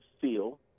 feel